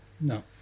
No